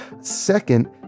Second